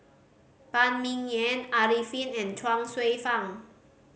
Phan Ming Yen Arifin and Chuang Hsueh Fang